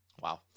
wow